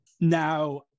Now